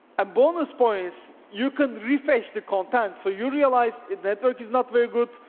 um bonus points, you can refresh the content so you realize network is not very good,